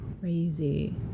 crazy